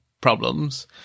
problems